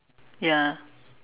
ya